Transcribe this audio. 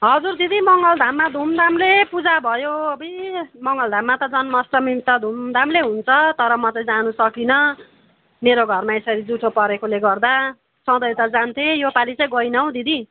हजुर दिदी मङ्गलधाममा धुमधामले पूजा भयो अबुइ मङ्गलधाममा त जन्म अष्टमी पनि त धुमधामले हुन्छ तर म त जानु सकिनँ मेरो घरमा यसरी जुठो परेकोले गर्दा सधैँ त जान्थे तर यो पाली त गइनँ हौ दिदी